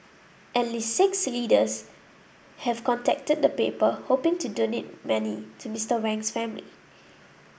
at least six readers have contacted the paper hoping to donate to Mister Wang's family